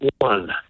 one